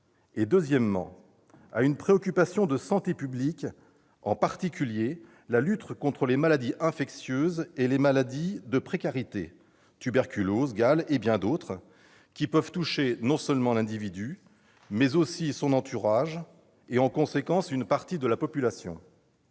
Deuxièmement, il répond à une préoccupation de santé publique, en particulier, la lutte contre les maladies infectieuses et les maladies de la précarité, la tuberculose, la gale et bien d'autres maladies, qui peuvent toucher non seulement l'individu, mais aussi son entourage et, en conséquence, une partie de la population.